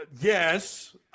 Yes